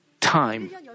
time